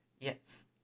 yes